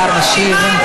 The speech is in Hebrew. השר משיב.